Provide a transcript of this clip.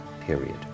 period